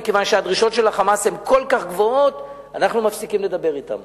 מכיוון שהדרישות של ה"חמאס" הן כל כך גבוהות אנחנו מפסיקים לדבר אתם.